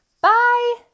Bye